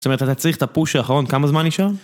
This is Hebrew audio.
זאת אומרת אתה צריך את הפוש האחרון כמה זמן נשאר?